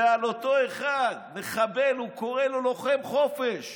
ולאותו מחבל הוא קורא לוחם חופש,